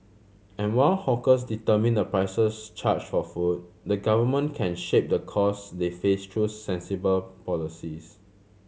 and while hawkers determine the prices charged for food the Government can shape the costs they face through sensible policies